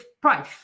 price